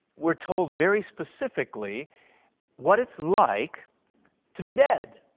we're told very specifically what it's like to be dead.